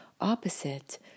opposite